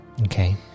Okay